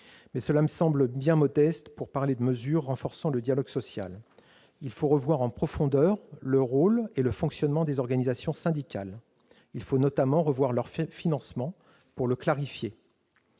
Mais cela me semble bien modeste pour qu'il soit possible de parler de « mesures renforçant le dialogue social ». Il faut revoir en profondeur le rôle et le fonctionnement des organisations syndicales. Il faut notamment revoir leur financement pour le clarifier.